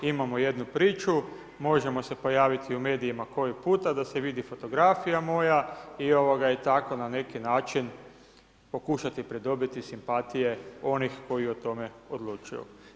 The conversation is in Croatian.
Imamo jednu priču, možemo se pojaviti u medijima koji puta da se vidi fotografija moja i tako na neki način pokušati pridobiti simpatije onih koji o tome odlučuju.